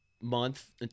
month